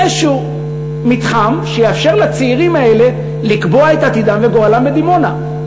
איזה מתחם שיאפשר לצעירים האלה לקבוע את עתידם ואת גורלם בדימונה.